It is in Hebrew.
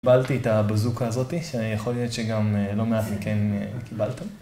קיבלתי את הבזוקה הזאתי, שיכול להיות שגם לא מעט מכן קיבלתם.